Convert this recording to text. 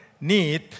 need